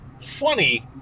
funny